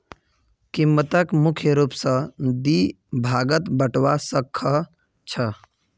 कीमतक मुख्य रूप स दी भागत बटवा स ख छ